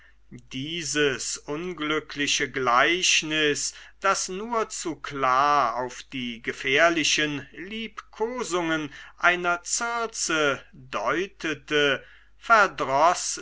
dieses unglückliche gleichnis das nur zu klar auf die gefährlichen liebkosungen einer circe deutete